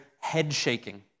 head-shaking